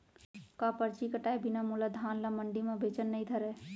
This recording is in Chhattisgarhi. का परची कटाय बिना मोला धान ल मंडी म बेचन नई धरय?